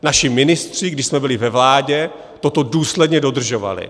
Naši ministři, když jsme byli ve vládě, toto důsledně dodržovali.